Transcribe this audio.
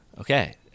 okay